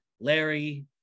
Larry